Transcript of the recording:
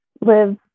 live